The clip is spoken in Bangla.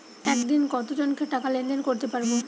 একদিন কত জনকে টাকা লেনদেন করতে পারবো?